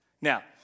Now